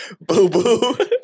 Boo-boo